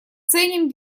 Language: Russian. ценим